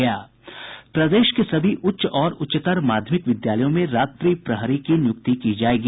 प्रदेश के सभी उच्च और उच्चतर माध्यमिक विद्यालयों में रात्रि प्रहरी की नियुक्ति की जायेगी